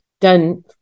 done